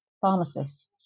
pharmacists